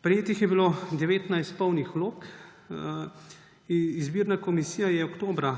Prejetih je bilo 19 polnih vlog. Izbirna komisija je oktobra